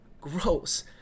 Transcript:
gross